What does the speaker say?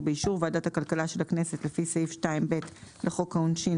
ובאישור ועדת הכלכלה של הכנסת לפי סעיף 2(ב) לחוק העונשין,